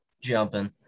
jumping